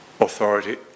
Authority